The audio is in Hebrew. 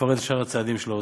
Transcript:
לפרט את שאר הצעדים של האוצר.